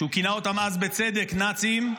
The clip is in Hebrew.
שהוא כינה אותם אז, בצדק, "נאצים",